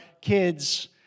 kids